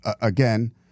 again